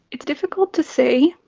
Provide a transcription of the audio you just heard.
it's difficult to say.